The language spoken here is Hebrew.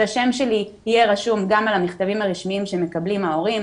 שהשם שלי יהיה רשום גם על המכתבים הרשמיים שמקבלים ההורים,